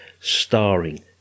Starring